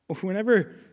Whenever